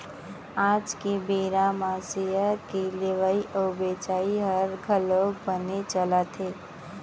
आज के बेरा म सेयर के लेवई अउ बेचई हर घलौक बनेच चलत हे